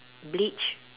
bleach